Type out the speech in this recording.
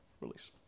release